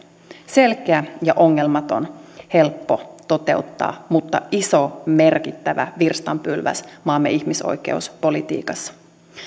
selkeä ja ongelmaton helppo toteuttaa mutta iso merkittävä virstanpylväs maamme ihmisoikeuspolitiikassa